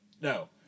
no